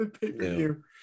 pay-per-view